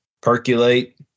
percolate